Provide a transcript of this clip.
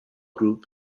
group